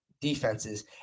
defenses